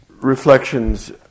reflections